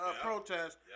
protest